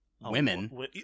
women